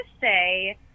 say